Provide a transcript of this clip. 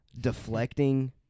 deflecting